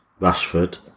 Rashford